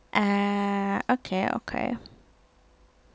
ah okay okay